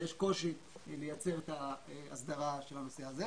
ויש קושי לייצר את ההסדרה של הנושא הזה.